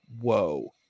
Whoa